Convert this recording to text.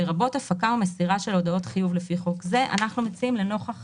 לרבות הפקה ומסירה של הודעות חיוב לפי חוק זה." אנחנו מציעים לנוכח